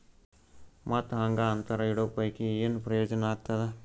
ಮತ್ತ್ ಹಾಂಗಾ ಅಂತರ ಇಡೋ ಪೈಕಿ, ಏನ್ ಪ್ರಯೋಜನ ಆಗ್ತಾದ?